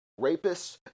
rapists